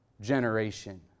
generation